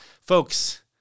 Folks